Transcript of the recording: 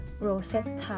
Rosetta